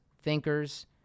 thinkers